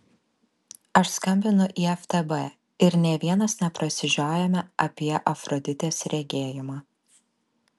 aš skambinu į ftb ir nė vienas neprasižiojame apie afroditės regėjimą